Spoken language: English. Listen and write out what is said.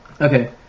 Okay